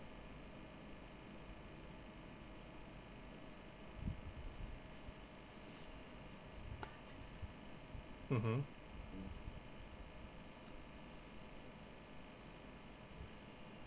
mmhmm